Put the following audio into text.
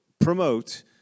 promote